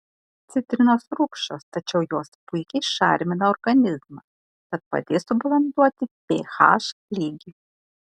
citrinos rūgščios tačiau jos puikiai šarmina organizmą tad padės subalansuoti ph lygį